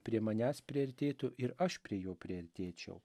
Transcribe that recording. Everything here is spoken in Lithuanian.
prie manęs priartėtų ir aš prie jo priartėčiau